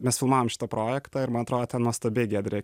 mes filmavom šitą projektą ir man atrodo ten nuostabiai giedrė